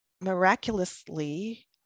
miraculously